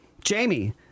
Jamie